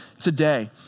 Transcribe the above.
today